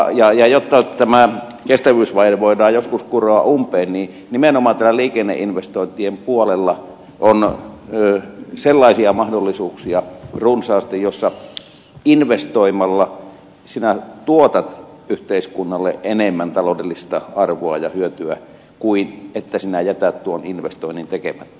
jotta tämä kestävyysvaje voidaan joskus kuroa umpeen niin nimenomaan täällä liikenneinvestointien puolella on sellaisia mahdollisuuksia runsaasti joissa investoimalla sinä tuotat yhteiskunnalle enemmän taloudellista arvoa ja hyötyä kuin sillä että sinä jätät tuon investoinnin tekemättä